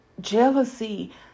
jealousy